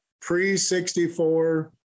pre-64